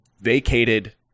vacated